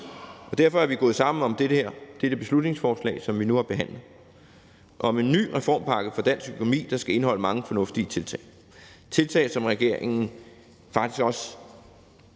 og derfor er vi gået sammen om dette beslutningsforslag, som vi nu har behandlet, om en ny reformpakke for dansk økonomi, der skal indeholde mange fornuftige tiltag; flere af de tiltag har regeringen faktisk også